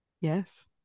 Yes